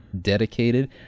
dedicated